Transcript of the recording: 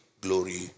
glory